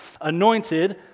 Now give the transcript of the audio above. Anointed